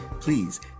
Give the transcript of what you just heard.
please